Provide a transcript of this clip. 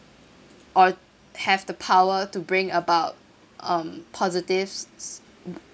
or have the power to bring about um positive s~